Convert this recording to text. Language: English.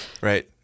Right